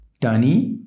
Danny